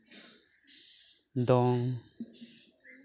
ᱫᱚᱝ